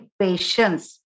patience